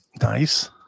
Nice